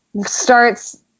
starts –